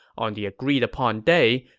on the agreed-upon day,